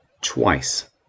twice